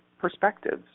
perspectives